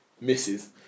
misses